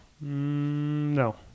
No